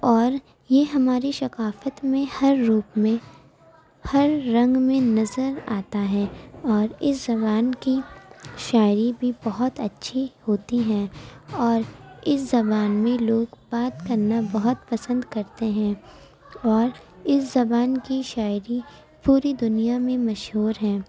اور یہ ہماری سقافت میں ہر روپ میں ہر رنگ میں نظر آتا ہے اور اِس زبان کی شاعری بھی بہت اچھی ہوتی ہے اور اِس زبان میں لوگ بات کرنا بہت پسند کرتے ہیں اور اِس زبان کی شاعری پوری دُنیا میں مشہور ہے